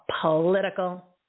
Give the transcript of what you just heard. political